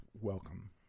welcome